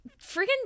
freaking